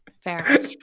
fair